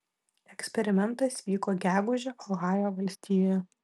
eksperimentas vyko gegužę ohajo valstijoje